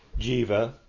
jiva